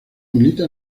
milita